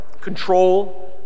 control